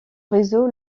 réseau